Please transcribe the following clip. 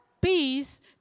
peace